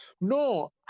No